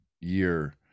year